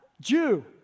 Jew